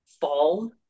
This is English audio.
fall